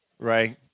right